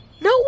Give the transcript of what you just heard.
No